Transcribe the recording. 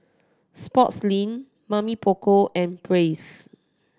Sportslink Mamy Poko and Praise